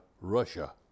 Russia